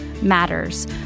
Matters